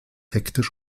hektisch